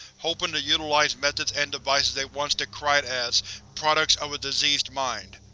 hoping to utilize methods and devices they once decried as products of a diseased mind.